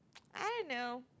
I know